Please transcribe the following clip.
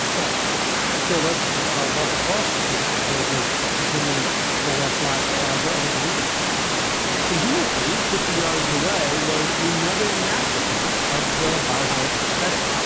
right so let's walk across this gorgeous continuous floor slash plaza over the liberals conveniently fifty yards away was another masterpiece of the bathhouse aesthetic,